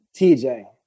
TJ